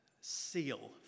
seal